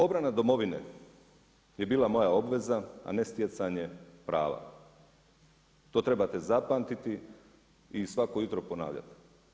Obrana domovine je bila moja obveza, a ne stjecanje prava, to trebate zapamtiti i svako jutro ponavljati.